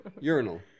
Urinal